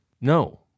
No